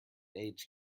age